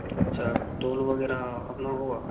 अच्छा टोल वगैरह अपना होगा